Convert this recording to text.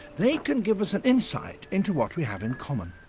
they can give us an insight into what we have in common.